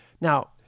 Now